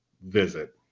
visit